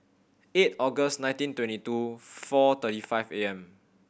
eight August nineteen twenty two four thirty five A M